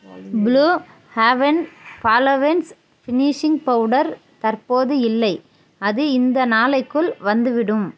blue heaven ஃபாலோவென்ஸ் finishing powder தற்போது இல்லை அது இந்த நாளைக்குள் வந்துவிடும்